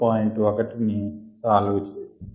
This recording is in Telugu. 1 ని సాల్వ్ చేసాము